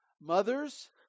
mothers